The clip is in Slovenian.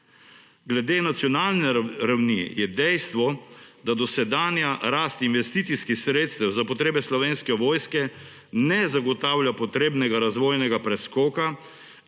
Glede nacionalne ravni je dejstvo, da dosedanja rast investicijskih sredstev za potrebe Slovenske vojske ne zagotavlja potrebnega razvojnega preskoka